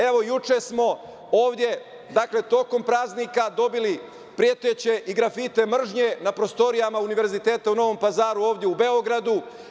Evo, juče smo ovde, dakle, tokom praznika dobili preteće i grafite mržnje na prostorijama Univerziteta u Novom Pazaru i ovde u Beogradu.